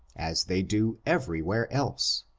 as they do everywhere else.